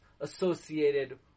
associated